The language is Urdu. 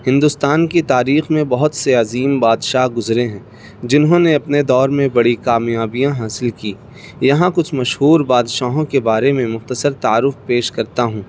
ہندوستان کی تاریخ میں بہت سے عظیم بادشاہ گزرے ہیں جنہوں نے اپنے دور میں بڑی کامیابیاں حاصل کیں یہاں کچھ مشہور بادشاہوں کے بارے میں مختصر تعارف پیش کرتا ہوں